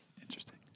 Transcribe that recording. Interesting